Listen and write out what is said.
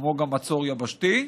כמו גם מצור יבשתי,